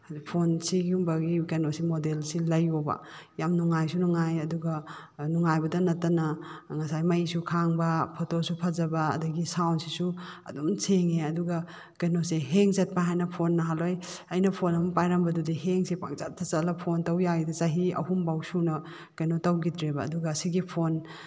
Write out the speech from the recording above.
ꯑꯗ ꯐꯣꯟ ꯁꯤꯒꯨꯝꯕꯒꯤ ꯀꯩꯅꯣꯁꯤ ꯃꯣꯗꯦꯜꯁꯤ ꯂꯩꯌꯣꯕ ꯌꯥꯝ ꯅꯨꯡꯉꯥꯏꯁꯨ ꯅꯨꯡꯉꯥꯏ ꯑꯗꯨꯒ ꯅꯨꯡꯉꯥꯏꯕꯇ ꯅꯠꯇꯅ ꯉꯁꯥꯏ ꯃꯩꯁꯨ ꯈꯥꯡꯕ ꯐꯣꯇꯣꯁꯨ ꯐꯖꯕ ꯑꯗꯒꯤ ꯁꯥꯎꯟꯁꯤꯁꯨ ꯑꯗꯨꯝ ꯁꯦꯡꯉꯤ ꯑꯗꯨꯒ ꯀꯩꯅꯣꯁꯦ ꯍꯦꯡ ꯆꯠꯄ ꯍꯥꯏꯅ ꯐꯣꯟ ꯅꯍꯥꯜꯋꯥꯏ ꯑꯩꯅ ꯐꯣꯟ ꯑꯃ ꯄꯥꯏꯔꯝꯕꯗꯨꯗꯤ ꯍꯦꯡꯁꯦ ꯄꯪꯆꯠꯇ ꯆꯠꯂ ꯐꯣꯟ ꯇꯧ ꯌꯥꯈꯤꯗꯦ ꯆꯍꯤ ꯑꯍꯨꯝꯐꯥꯎ ꯁꯨꯅ ꯀꯩꯅꯣ ꯇꯧꯈꯤꯗ꯭ꯔꯦꯕ ꯑꯗꯨꯒ ꯁꯤꯒꯤ ꯐꯣꯟ